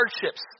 hardships